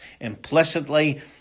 implicitly